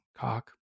cock